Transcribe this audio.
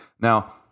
Now